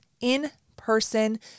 in-person